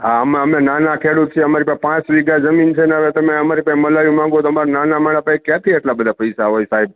હાં અમે નાના ખેડૂત છે અમારી પાસે પાંચ વીઘા જમીન છે ને તમે અમારી પાંહે મલાઈ માંગો તો અમર નાના માણસ પાંહે ક્યાંથી એટલા બધા પૈસા હોય સાહેબ